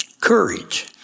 courage